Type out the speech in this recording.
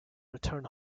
return